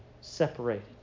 separated